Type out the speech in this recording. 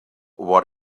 what